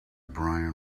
brian